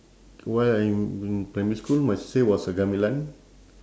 while I am in primary school my C_C_A was uh gamelan